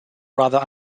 rather